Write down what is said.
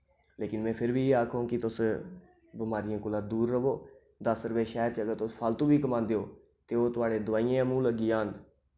लेकिन में फिर बी आखंग कि तुस बिमारियें कोला दूर रवो दस रपे शैह्र च अगर तुस फालतू बी कमांदे ओ ते ओह् थुआढ़े दुआइयें दे मुूह लग्गी जान